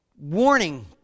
warning